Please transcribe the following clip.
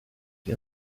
you